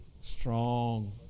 Strong